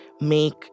make